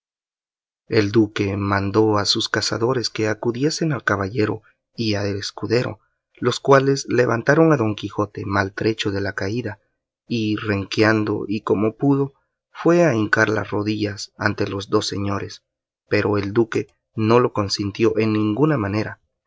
el duque mandó a sus cazadores que acudiesen al caballero y al escudero los cuales levantaron a don quijote maltrecho de la caída y renqueando y como pudo fue a hincar las rodillas ante los dos señores pero el duque no lo consintió en ninguna manera